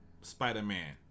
Spider-Man